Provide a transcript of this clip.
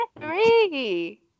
three